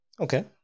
Okay